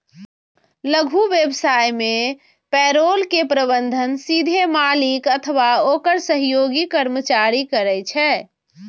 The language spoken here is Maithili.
लघु व्यवसाय मे पेरोल के प्रबंधन सीधे मालिक अथवा ओकर सहयोगी कर्मचारी करै छै